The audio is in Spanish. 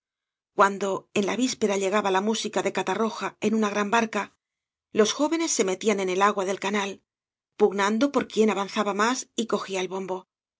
cuando en la víspera llegaba la música de catarroja en una gran barca los jóvenes se metían en el agua del canal pugnando por quién avanzaba más y cogía el bombo